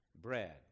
bread